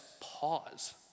pause